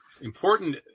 important